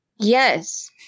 Yes